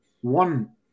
one